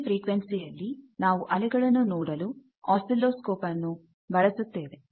ಕಡಿಮೆ ಫ್ರಿಕ್ವೆನ್ಸಿಯಲ್ಲಿ ನಾವು ಅಲೆಗಳನ್ನು ನೋಡಲು ಆಸಿಲೋಸ್ಕೋಪ್ ವನ್ನು ಬಳಸುತ್ತೇವೆ